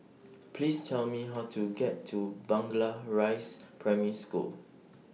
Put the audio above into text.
Please Tell Me How to get to Rise Primary School